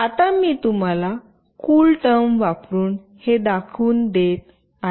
आता मी तुम्हाला कूल टर्म वापरून हे दाखवून देत आहे